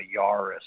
Yaris